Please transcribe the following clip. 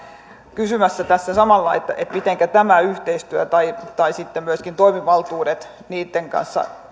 kysymässä tässä samalla mitenkä tämä yhteistyö tai tai sitten myöskin toimivaltuudet niitten kanssa